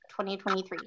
2023